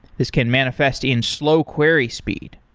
this can manifest in slow query speed.